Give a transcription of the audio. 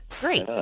Great